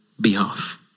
behalf